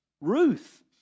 Ruth